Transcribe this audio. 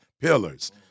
pillars